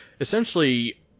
essentially